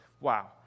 wow